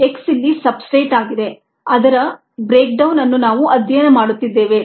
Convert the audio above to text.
X ಇಲ್ಲಿ substrate ಆಗಿದೆ ಅದರ ಬ್ರೇಕ್ಡೌನ್ ಅನ್ನು ನಾವು ಅಧ್ಯಯನ ಮಾಡುತ್ತಿದ್ದೇವೆ